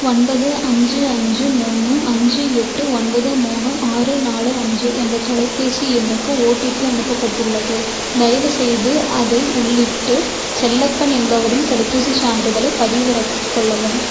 ஒன்பது அஞ்சு அஞ்சு மூணு அஞ்சு எட்டு ஒன்பது மூணு ஆறு நாலு அஞ்சு என்ற தொலைபேசி எண்ணுக்கு ஓடிபி அனுப்பப்பட்டுள்ளது தயவுசெய்து அதை உள்ளிட்டு செல்லப்பன் என்பவரின் தடுப்பூசிச் சான்றிதழைப் பதிவிறக்கிக் கொள்ளவும்